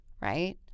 right